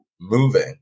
moving